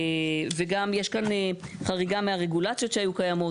וגם, יש כאן חריגה מהרגולציות שהיו קיימות.